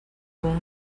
com